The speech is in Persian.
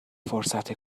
فرصت